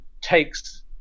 takes